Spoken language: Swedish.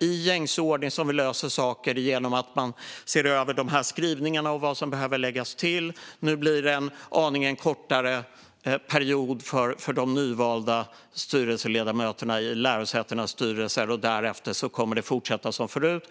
i gängse ordning, så som vi löser saker - genom att man ser över de här skrivningarna och tittar på vad som behöver läggas till. Nu blir det en aningen kortare period för de nyvalda ledamöterna i lärosätenas styrelser, och därefter kommer det att fortsätta som förut.